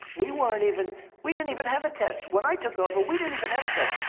we weren't even we didn't even have a test. when i took over, we didn't even have a test.